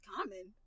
Common